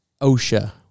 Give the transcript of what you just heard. OSHA